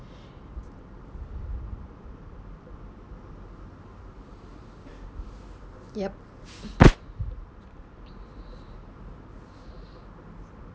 yup